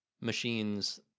machines